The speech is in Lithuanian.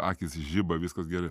akys žiba viskas gerai